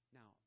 Now